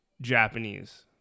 Japanese